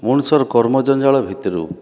ମଣିଷର କର୍ମ ଜଞ୍ଜାଳ ଭିତରୁ